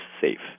safe